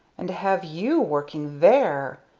and to have you working there!